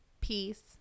peace